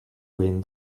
wind